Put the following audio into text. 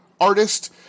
artist